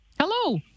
Hello